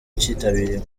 kitabiriwe